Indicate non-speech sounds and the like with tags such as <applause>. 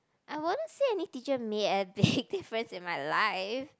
I wouldn't say any teacher made a big <laughs> difference in my life